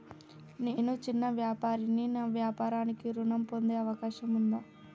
నేను చిన్న వ్యాపారిని నా వ్యాపారానికి ఋణం పొందే అవకాశం ఉందా?